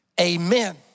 Amen